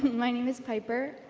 my name is piper,